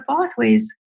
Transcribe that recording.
pathways